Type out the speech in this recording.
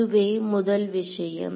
இதுவே முதல் விஷயம்